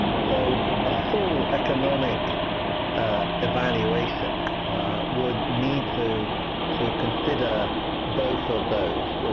so a full economic evaluation would need to to consider both of those.